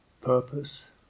purpose